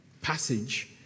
passage